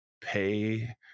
pay